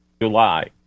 july